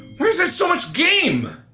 why's there so much game?